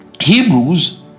Hebrews